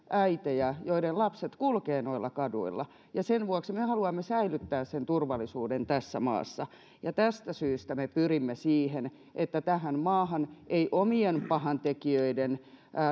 äitejä joiden lapset kulkevat noilla kaduilla ja sen vuoksi me haluamme säilyttää sen turvallisuuden tässä maassa ja tästä syystä me pyrimme siihen että tähän maahan ei omien pahantekijöiden